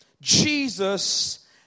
Jesus